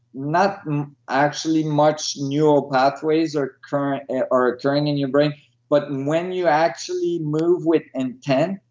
not actually much neural pathways are occurring are occurring in your brain but when you actually move with intent,